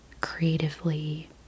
creatively